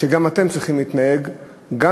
שגם אתם צריכים להתנהג כך,